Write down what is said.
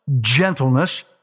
gentleness